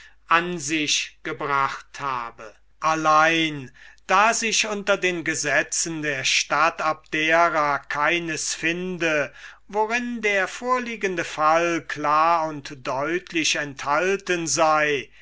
an sich gebracht habe allein da sich unter den gesetzen der stadt abdera keines finde worin der vorliegende fall klar und deutlich enthalten sei